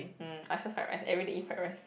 mm I sure fried rice everyday eat fried rice